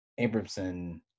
Abramson